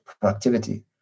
productivity